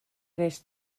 est